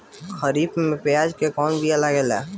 खरीफ में प्याज के कौन बीया लागेला?